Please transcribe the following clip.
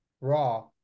Raw